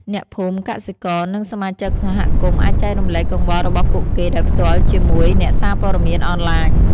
អ្នកភូមិ កសិករ និងសមាជិកសហគមន៍អាចចែករំលែកកង្វល់របស់ពួកគេដោយផ្ទាល់ជាមួយអ្នកសារព័ត៌មានអនឡាញ។